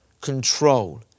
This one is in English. control